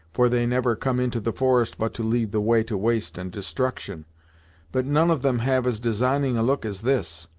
for they never come into the forest but to lead the way to waste and destruction but none of them have as designing a look as this!